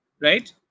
right